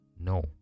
no